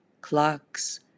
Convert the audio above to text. clocks